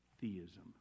theism